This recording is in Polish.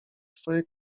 swoje